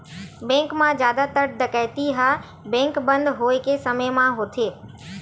bank म जादातर डकैती ह बेंक बंद होए के समे म ही होथे